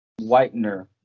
whitener